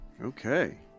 Okay